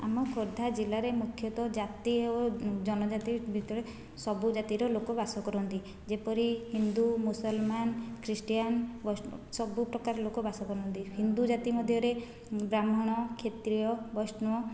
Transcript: ଆମ ଖୋର୍ଦ୍ଧା ଜିଲାରେ ମୁଖ୍ୟତଃ ଜାତି ଓ ଜନଜାତି ଭିତରେ ସବୁ ଜାତିର ଲୋକ ବାସ କରନ୍ତି ଯେପରି ହିନ୍ଦୁ ମୁସଲମାନ ଖ୍ରୀଷ୍ଟିୟାନ ବୈଷ୍ଣବ ସବୁପ୍ରକାର ଲୋକ ବାସ କରନ୍ତି ହିନ୍ଦୁ ଜାତି ମଧ୍ୟରେ ବ୍ରାହ୍ମଣ କ୍ଷତ୍ରୀୟ ବୈଷ୍ଣବ